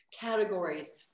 categories